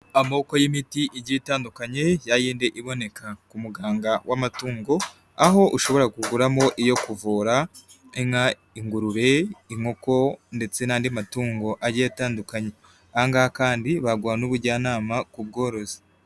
Amoko y'imiti igi itandukanye, ya yindi iboneka ku muganga w'amatungo, aho ushobora kuguramo iyo kuvura inka, ingurube, inkoko, ndetse n'andi matungo agiye atandukanye. Angaha kandi baguha n'ubujyanama ku bworozi.